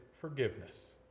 forgiveness